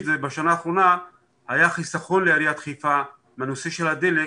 בשנה האחרונה היה חיסכון לעיריית חיפה בנושא של הדלק,